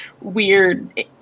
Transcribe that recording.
weird